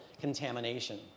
contamination